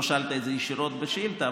לא שאלת את זה ישירות בשאילתה,